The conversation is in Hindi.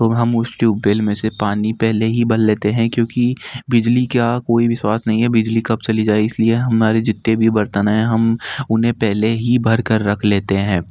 तो हम उस ट्यूबेल में से पानी पहले ही भर लेते हैं क्योंकि बिजली का कोई विश्वास नहीं है बिजली कब चली जाए इसलिए हमारे जितने भी बर्तन हैं हम उन्हें पहले ही भरकर रख लेते हैं